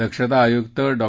दक्षता आयुक्त डॉ